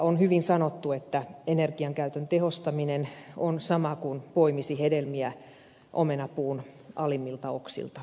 on hyvin sanottu että energiankäytön tehostaminen on sama kuin poimisi hedelmiä omenapuun alimmilta oksilta